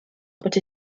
but